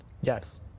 Yes